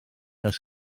oes